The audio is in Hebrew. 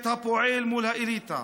את הפועל מול האליטה